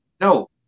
No